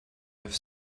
have